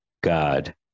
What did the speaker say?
God